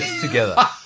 together